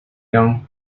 young